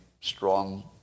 strong